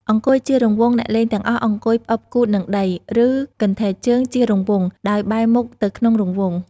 អង្គុយជារង្វង់ អ្នកលេងទាំងអស់អង្គុយផ្អឹបគូទនឹងដី ឬកន្ធែកជើង ជារង្វង់ ដោយបែរមុខទៅក្នុងរង្វង់ ។